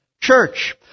church